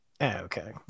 Okay